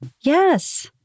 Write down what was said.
Yes